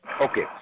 Okay